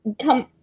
come